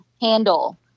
handle